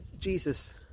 jesus